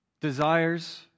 desires